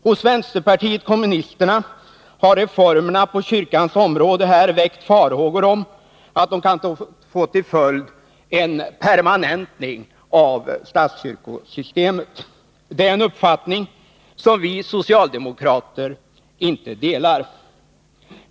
Hos vänsterpartiet kommunisterna har reformerna på kyrkans område väckt farhågor om att de kan få till föjd en permanentning av statskyrkosystemet. Det är en uppfattning som vi socialdemokrater inte delar.